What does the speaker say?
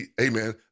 Amen